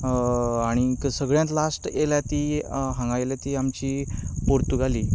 आनी सगल्यात लास्ट येयल्या ती हांगा येयल्या ती आमची पोर्तुगाली